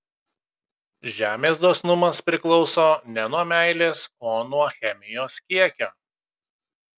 žemės dosnumas priklauso ne nuo meilės o nuo chemijos kiekio